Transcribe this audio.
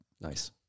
Nice